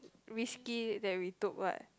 risky that we took what